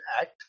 Act